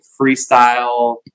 freestyle